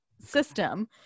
system